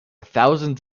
thousands